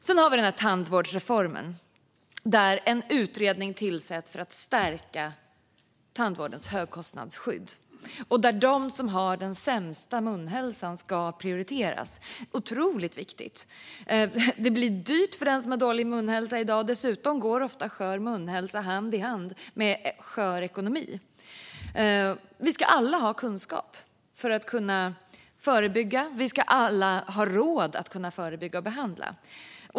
Sedan har vi detta med tandvårdsreformen, där en utredning tillsätts för att stärka tandvårdens högkostnadsskydd. De som har den sämsta munhälsan ska prioriteras. Det är otroligt viktigt. I dag är det dyrt för den som har dålig munhälsa. Dessutom går ofta skör munhälsa hand i hand med skör ekonomi. Vi ska alla ha kunskap för att kunna förebygga. Vi ska alla ha råd att förebygga och behandla.